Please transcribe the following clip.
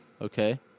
Okay